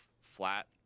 flat